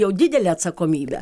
jau didelė atsakomybė